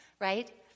right